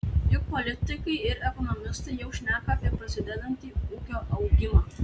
juk politikai ir ekonomistai jau šneka apie prasidedantį ūkio augimą